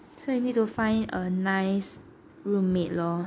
so you need to find a nice roommate lor